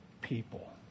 people